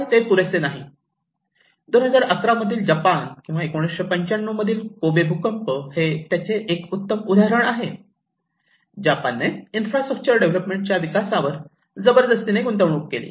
पण ते पुरेसे नाही 2011 मधील जपान किंवा 1995 मधील कोबे भूकंप हे त्याचे एक उत्तम उदाहरण आहे जपानने इन्फ्रास्ट्रक्चर डेव्हलपमेंटच्या विकासावर जबरदस्तीने गुंतवणूक केली